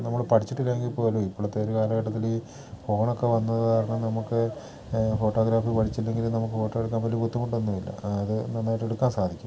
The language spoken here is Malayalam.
നമ്മൾ പഠിച്ചിട്ടില്ലെങ്കിൽ പോലും ഇപ്പോളത്തെ ഒരു കാലഘട്ടത്തിൽ ഈ ഫോണൊക്കെ വന്നത് കാരണം നമുക്ക് ഫോട്ടോഗ്രാഫി പഠിച്ചില്ലെങ്കിലും നമുക്ക് ഫോട്ടോ എടുക്കാൻ വലിയ ബുദ്ധിമുട്ടൊന്നും ഇല്ല അത് നന്നായിട്ട് എടുക്കാൻ സാധിക്കും